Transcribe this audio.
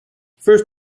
first